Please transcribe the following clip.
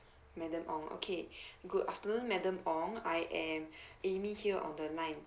madam ong okay good afternoon madam ong I am amy here on the line